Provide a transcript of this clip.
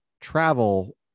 travel